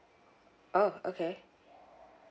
oh okay